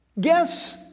guess